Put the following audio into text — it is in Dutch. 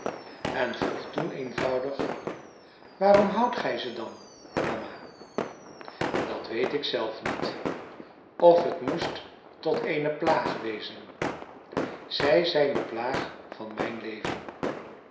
en vroeg toen eenvoudig waarom houdt gij ze dan mama dat weet ik zelf niet of het moest tot eene plaag wezen zij zijn de plaag van mijn leven